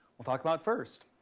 we'll talk about first.